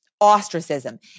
ostracism